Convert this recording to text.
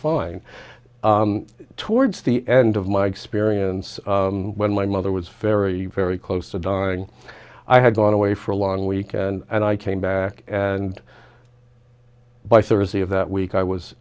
fine towards the end of my experience when my mother was very very close to dying i had gone away for a long weekend and i came back and by thursday of that week i was